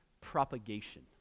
propagation